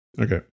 Okay